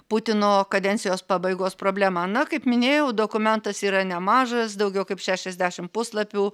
putino kadencijos pabaigos problemą na kaip minėjau dokumentas yra nemažas daugiau kaip šešiasdešimt puslapių